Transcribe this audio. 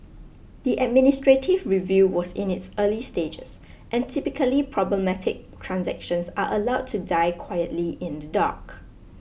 the administrative review was in its early stages and typically problematic transactions are allowed to die quietly in the dark